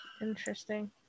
Interesting